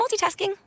multitasking